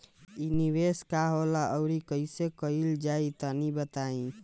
इ निवेस का होला अउर कइसे कइल जाई तनि बताईं?